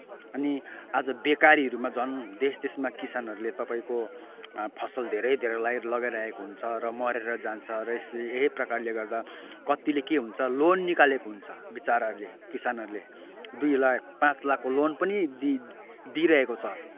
अनि आज बेकारीहरूमा झन् देश देशमा किसानहरूले तपाईँको फसल धेरै धेरै लगाइरहेको हुन्छ र मरेर जान्छ अरे यसरी यही प्रकारले गर्दा कत्तिले के हुन्छ लोन निकालेको हुन्छ विचराहरूले किसानहरूले दुई लाख पाँच लाखको लोन पनि दिइरहेको छ